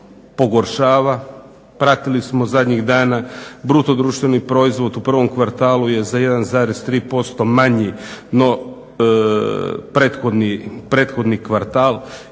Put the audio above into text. pogoršava. Pratili smo zadnjih dana bruto društveni proizvod u prvom kvartalu je za 1,3% manji no prethodni kvartal.